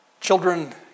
Children